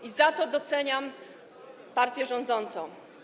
I za to doceniam partię rządzącą.